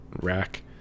rack